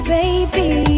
baby